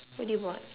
what did you bought